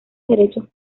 derechos